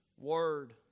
word